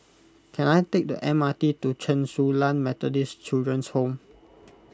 can I take the M R T to Chen Su Lan Methodist Children's Home